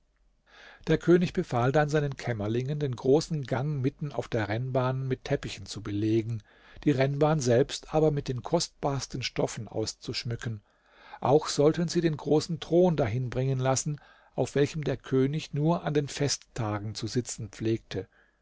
der könig befahl dann seinen kämmerlingen den großen gang mitten auf der rennbahn mit teppichen zu belegen die rennbahn selbst aber mit den kostbarsten stoffen auszuschmücken auch sollten sie den großen thron dahin bringen lassen auf welchem der könig nur an den festtagen zu sitzen pflegte